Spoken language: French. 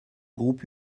groupe